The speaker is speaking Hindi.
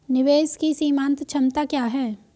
निवेश की सीमांत क्षमता क्या है?